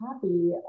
copy